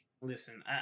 Listen